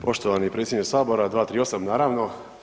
Poštovani predsjedniče Sabora, 238., naravno.